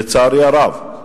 לצערי הרב,